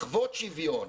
לחוות שוויון.